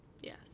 Yes